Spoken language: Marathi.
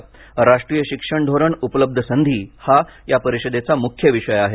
राष्ट्रीय शिक्षण धोरण उपलब्ध संधी हा या परिषदेचा मुख्य विषय आहे